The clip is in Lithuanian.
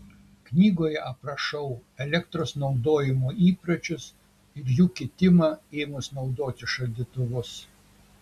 knygoje aprašau elektros naudojimo įpročius ir jų kitimą ėmus naudoti šaldytuvus